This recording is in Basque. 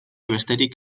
besterik